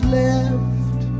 left